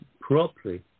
properly